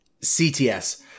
CTS